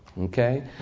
Okay